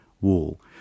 wall